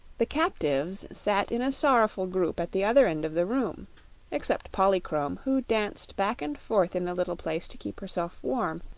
the captives sat in a sorrowful group at the other end of the room except polychrome, who danced back and forth in the little place to keep herself warm,